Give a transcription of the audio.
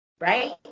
right